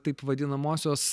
taip vadinamosios